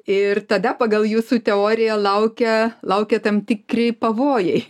ir tada pagal jūsų teoriją laukia laukia tam tikri pavojai